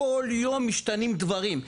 כול יום משתנים דברים.